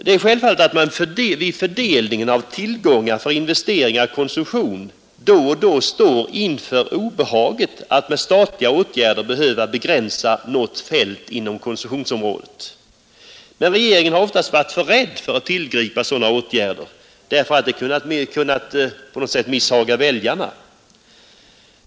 Det är självfallet att man vid fördelningen av tillgångar för investering och konsumtion då och då står inför obehaget att med statliga åtgärder behöva begränsa något fält inom komsumtionsområdet. Regeringen har oftast varit för rädd för att tillgripa sådana åtgärder därför att det på något sätt kunnat misshaga väljarna.